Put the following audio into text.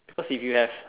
cause if you have